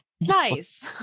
Nice